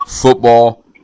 Football